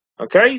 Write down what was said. Okay